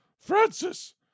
Francis